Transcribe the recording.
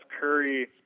Curry